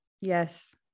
Yes